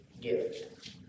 gift